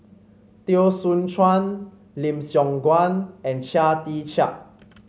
Teo Soon Chuan Lim Siong Guan and Chia Tee Chiak